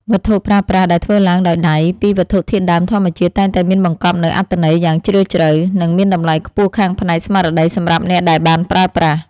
វត្ថុប្រើប្រាស់ដែលធ្វើឡើងដោយដៃពីវត្ថុធាតុដើមធម្មជាតិ តែងតែមានបង្កប់នូវអត្ថន័យយ៉ាងជ្រាលជ្រៅ និង មានតម្លៃខ្ពស់ខាងផ្នែកស្មារតីសម្រាប់អ្នកដែលបានប្រើប្រាស់។